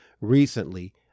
Recently